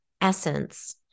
essence